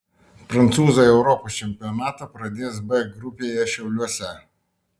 prancūzai europos čempionatą pradės b grupėje šiauliuose